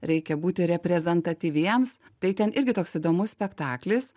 reikia būti reprezentatyviems tai ten irgi toks įdomus spektaklis